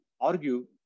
argue